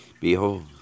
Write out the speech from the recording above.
Behold